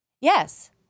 Yes